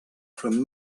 from